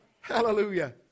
hallelujah